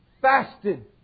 fasted